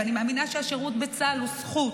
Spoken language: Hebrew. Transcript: ואני מאמינה שהשירות בצה"ל הוא זכות,